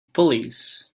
pulleys